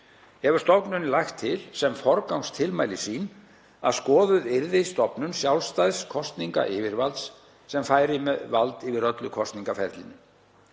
Hefur stofnunin lagt til sem forgangstilmæli sín að skoðuð verði stofnun sjálfstæðs kosningayfirvalds sem færi með vald yfir öllu kosningaferlinu.